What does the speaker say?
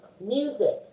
music